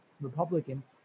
republicans